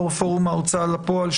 יו"ר פורום ההוצאה לפועל,